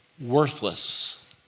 worthless